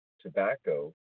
tobacco